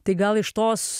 tai gal iš tos